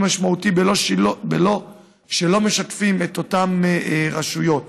משמעותי כשלא משתפים את אותן רשויות.